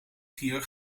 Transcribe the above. vier